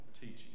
teaching